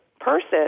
person